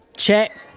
check